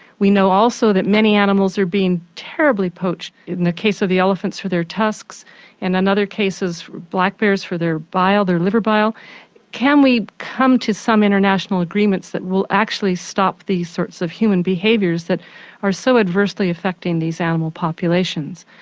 we know also that many animals are being terribly poached, in the case of the elephants for their tusks and in and other cases black bears for their bile, their liver bile can we come to some international agreements that will actually stop these sorts of human behaviours that are so adversely affecting these animal populations.